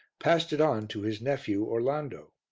passed it on to his nephew orlando.